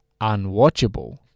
unwatchable